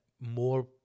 more